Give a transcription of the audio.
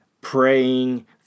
praying